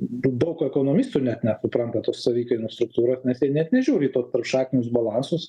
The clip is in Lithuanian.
daug ekonomistų net nesupranta tos savikainos struktūros nes jie net nežiūri į tuos tarpšaknius balansus